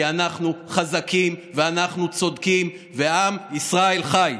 כי אנחנו חזקים ואנחנו צודקים ועם ישראל חי.